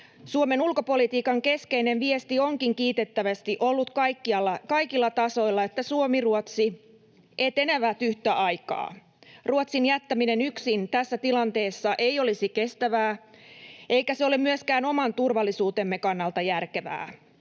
Suomen ulkopolitiikan keskeinen viesti onkin kiitettävästi ollut kaikilla tasoilla, että Suomi ja Ruotsi etenevät yhtä aikaa. Ruotsin jättäminen yksin tässä tilanteessa ei olisi kestävää, eikä se ole myöskään oman turvallisuutemme kannalta järkevää.